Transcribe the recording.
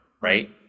right